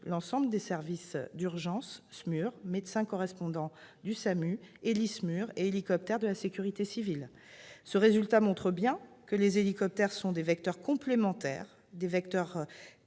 l'ensemble des services d'urgence, SMUR, médecins correspondants du SAMU, Héli-SMUR et hélicoptères de la sécurité civile. Ce résultat montre bien que les hélicoptères sont des vecteurs complémentaires des vecteurs